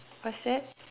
what's that